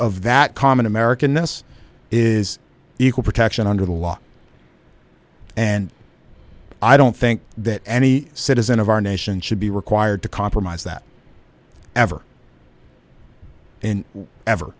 of that common american ness is equal protection under the law and i don't think that any citizen of our nation should be required to compromise that ever in ever